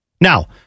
Now